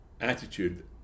attitude